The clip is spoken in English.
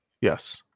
Yes